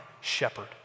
shepherd